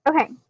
Okay